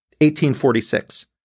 1846